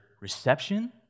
reception